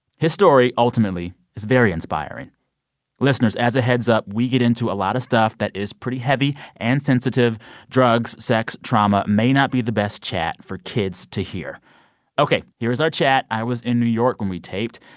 his story, ultimately, is very inspiring listeners, as a heads up, we get into a lot of stuff that is pretty heavy and sensitive drugs, sex, trauma may not be the best chat for kids to hear ok. here is our chat. i was in new york when we taped.